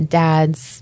dad's